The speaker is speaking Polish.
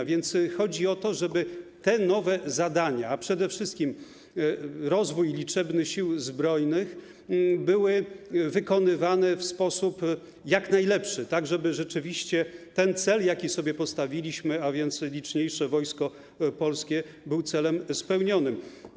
A więc chodzi o to, żeby te nowe zadania, przede wszystkim jeśli chodzi o rozwój liczebny Sił Zbrojnych, były wykonywane w sposób jak najlepszy, tak, żeby rzeczywiście cel, jaki sobie postawiliśmy, a więc: liczniejsze Wojsko Polskie, był celem spełnionym.